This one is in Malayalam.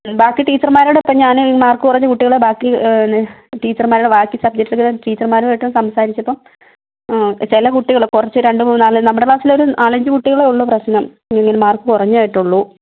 ബാക്കി ടീച്ചർമാരോടൊക്കെ ഞാൻ മാർക്ക് കുറഞ്ഞ കുട്ടികളെ ബാക്കി ടീച്ചർമാരോട് ബാക്കി സബ്ജക്റ്റ് എടുക്കുന്ന ടീച്ചർമാരുമായിട്ട് സംസാരിച്ചപ്പം ചില കുട്ടികൾ കുറച്ച് രണ്ട് മൂന്നാല് നമ്മുടെ ക്ലാസ്സിലൊരു നാലഞ്ച് കുട്ടികളേ ഉള്ളൂ പ്രശ്നം ഇങ്ങനെ മാർക്ക് കുറഞ്ഞതായിട്ട് ഉള്ളൂ